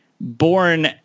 born